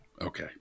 Okay